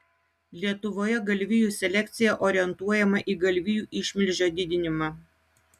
lietuvoje galvijų selekcija orientuojama į galvijų išmilžio didinimą